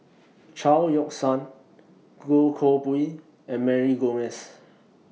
Chao Yoke San Goh Koh Pui and Mary Gomes